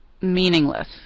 meaningless